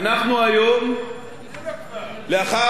לאחר הזנחה של שמונה שנים,